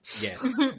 Yes